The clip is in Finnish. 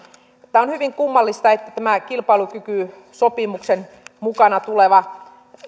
tämä on hyvin kummallista että tämä kilpailukykysopimuksen mukana tuleva